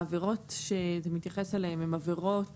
העבירות שאתה מתייחס אליהן הן עבירות